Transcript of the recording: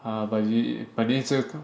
ah but uni but next year